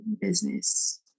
business